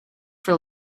for